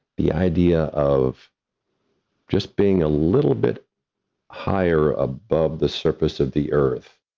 the idea of just being a little bit higher above the surface of the earth,